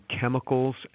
chemicals